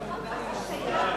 להצביע.